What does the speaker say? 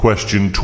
Question